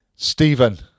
Stephen